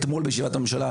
אתמול בישיבת הממשלה,